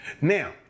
Now